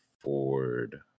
Ford